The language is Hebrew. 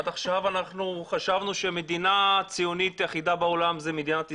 עד עכשיו אנחנו חשבנו שהמדינה הציונית היחידה בעולם זו מדינת ישראל,